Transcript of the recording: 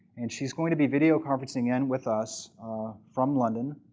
and she's going to be videoconferencing in with us from london.